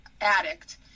addict